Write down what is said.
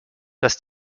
dass